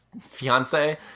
fiance